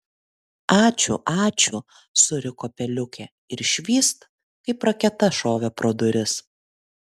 ačiū ačiū suriko peliukė ir švyst kaip raketa šovė pro duris